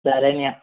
సరే అన్నయ్య